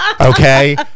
Okay